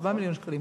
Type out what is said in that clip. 4 מיליון שקלים,